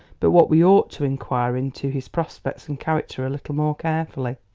but what we ought to inquire into his prospects and character a little more carefully,